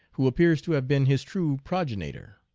who appears to have been his true progenitor.